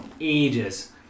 ages